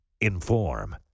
Inform